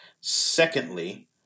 Secondly